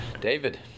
David